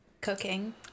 Cooking